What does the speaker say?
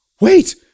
wait